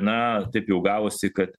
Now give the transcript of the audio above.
na taip jau gavosi kad